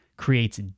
creates